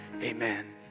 amen